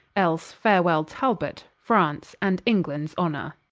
else farwell talbot, france, and englands honor